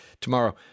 tomorrow